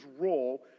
role